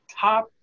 top